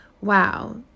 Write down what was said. wow